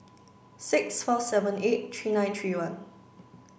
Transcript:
six four seven eight three nine three one